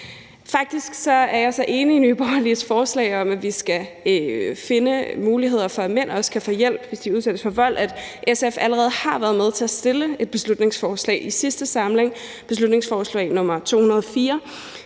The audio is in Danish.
Faktisk er jeg så enig i Nye Borgerliges forslag om, at vi skal finde muligheder for, at mænd også kan få hjælp, hvis de udsættes for vold, at SF allerede har været med til at fremsætte et beslutningsforslag i sidste samling – beslutningsforslag nr. 204